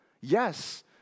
yes